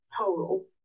total